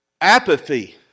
Apathy